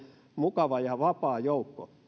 mukava ja vapaa joukko